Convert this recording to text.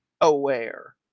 aware